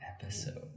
episode